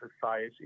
Society